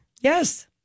Yes